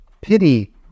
pity